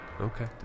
okay